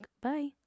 Bye